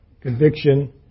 conviction